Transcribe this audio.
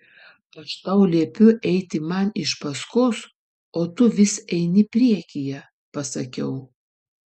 aš tau liepiu eiti man iš paskos o tu vis eini priekyje pasakiau